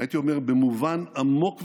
הייתי אומר, במובן עמוק ויסודי,